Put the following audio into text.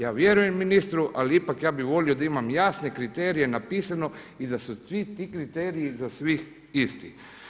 Ja vjerujem ministru ali ipak ja bi volio da imam jasne kriterije napisano i da su svi ti kriteriji za svih isti.